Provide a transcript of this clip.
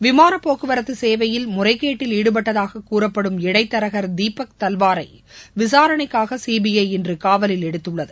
விமான போக்குவரத்து சேவையில் முறைகேட்டில் ஈடுபட்டதாக கூறப்படும் இடைத்தரகர் தீபக் தல்வாரை விசாரணைக்காக சிபிஐ இன்று காவலில் எடுத்துள்ளது